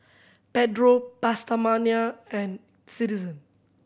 Pedro PastaMania and Citizen